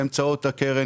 באמצעות הקרן,